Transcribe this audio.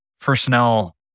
personnel